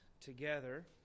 together